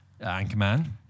Anchorman